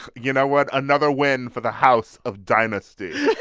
you know what? another win for the house of dynasty